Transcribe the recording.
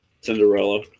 Cinderella